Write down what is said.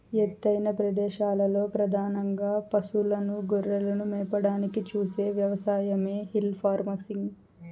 ఎత్తైన ప్రదేశాలలో పధానంగా పసులను, గొర్రెలను మేపడానికి చేసే వ్యవసాయమే హిల్ ఫార్మింగ్